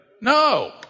No